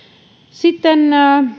sitten